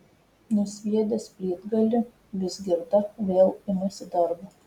nusviedęs plytgalį vizgirda vėl imasi darbo